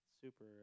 super